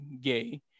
gay